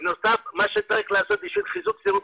בנוסף מה שצריך לעשות בשביל חיזוק הזהות